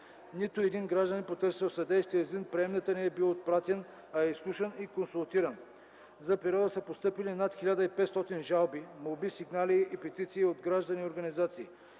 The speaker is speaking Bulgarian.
Нито един гражданин, потърсил съдействие извън приемната, не е бил отпратен, а е изслушан и консултиран. За периода са постъпили над 1500 жалби, молби, сигнали и петиции от граждани и организации.